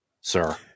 sir